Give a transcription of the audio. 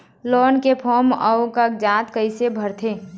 Loan के form अऊ कागजात कइसे भरथें?